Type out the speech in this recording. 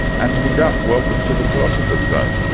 antony duff, welcome to the philosopher's zone.